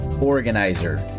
organizer